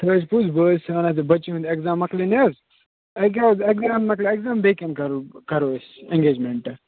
سُہ حظ چھُ پوٚز بہٕ حظ چھُ وَنان بَچی ہُنٛد ایٚکزام مۅکلان حظ أکہِ حظ ایٚکزام مۅکلہِ اَکہِ اَنٛد بیٚیٚہِ اَنٛد کَرو کرو أسۍ ایٚنٛگیٚجمیٚنٛٹہٕ